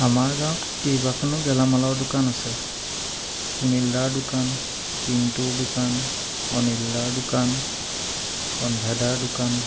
আমাৰ গাঁৱত কেইবাখনো গেলামালৰ দোকান আছে সুনীল দাৰ দোকান পিণ্টুৰ দোকান অনিল দাৰ দোকান কণভাই দাৰ দোকান